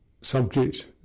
subject